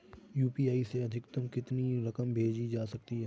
UPI से अधिकतम कितनी रकम भेज सकते हैं?